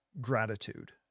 gratitude